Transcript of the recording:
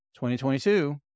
2022